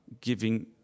giving